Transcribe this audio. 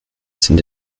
sind